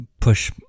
push